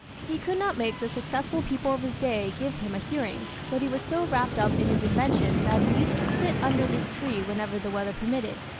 he could not make the successful people of his day give him a hearing, but he was so wrapped up in his invention that he used to sit under this tree whenever the weather permitted,